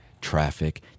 Traffic